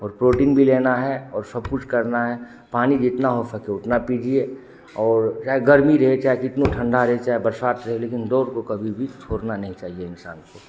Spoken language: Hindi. और प्रोटीन भी लेना है और सब कुछ करना है पानी जितना हो सके उतना पीजिए और चाहे गर्मी रहे चाहे जितनी ठंडा रहे चाहे बरसात रहे लेकिन दौड़ को कभी भी छोड़ना नहीं चाहिए इंसान को